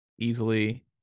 easily